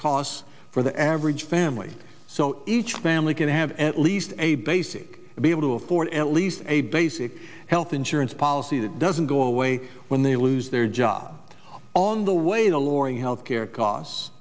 costs for the average family so each family can have at least a basic be able to afford at least a basic health insurance policy that doesn't go away when they lose their job on the way to loring health care costs